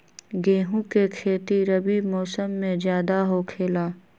गेंहू के खेती रबी मौसम में ज्यादा होखेला का?